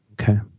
Okay